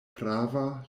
prava